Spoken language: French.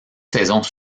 saisons